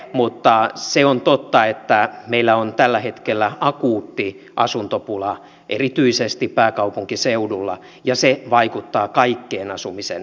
mutta se on totta että meillä on tällä hetkellä akuutti asuntopula erityisesti pääkaupunkiseudulla ja se vaikuttaa kaikkeen asumisen hintaan